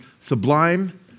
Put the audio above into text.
sublime